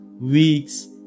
weeks